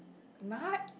in my heart